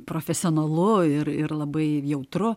profesionalu ir ir labai jautru